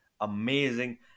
amazing